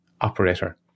operator